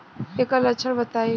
एकर लक्षण बताई?